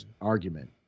argument